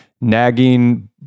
nagging